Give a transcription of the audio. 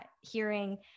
hearing